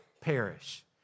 perish